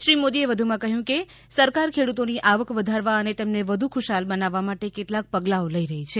શ્રી મોદીએ કહ્યું કે સરકાર ખેડ્રતોની આવક વધારવા અને તેમને વધુ ખુશહાલ બનાવવા માટે કેટલાક પગલાઓ લઇ રહી છે